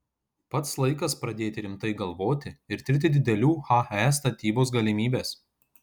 pats laikas pradėti rimtai galvoti ir tirti didelių he statybos galimybes